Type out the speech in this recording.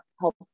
help